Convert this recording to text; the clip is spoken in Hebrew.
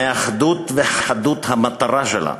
מאחדות וחדות המטרה שלה.